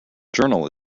journal